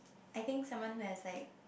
I think someone who has like